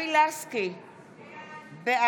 לא סתם ישיבה, לא,